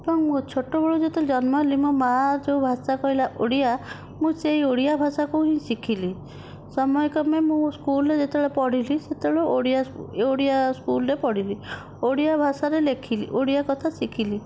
ଏବଂ ମୁଁ ଛୋଟବେଳୁ ଯେତେବେଳେ ଜନ୍ମ ହେଲି ମୋ ମା' ଯେଉଁ ଭାଷା କହିଲା ଓଡ଼ିଆ ମୁଁ ସେଇ ଓଡ଼ିଆ ଭାଷାକୁ ହିଁ ଶଖିଲି ସମୟକ୍ରମେ ମୁଁ ସ୍କୁଲରେ ଯେତେବେଳେ ପଢ଼ିଲି ସେତବେଳେ ଓଡ଼ିଆ ଓଡ଼ିଆ ସ୍କୁଲରେ ପଢ଼ିଲି ଓଡ଼ିଆ ଭାଷାରେ ଲେଖିଲି ଓଡ଼ିଆ କଥା ଶିଖିଲି